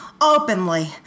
openly